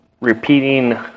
repeating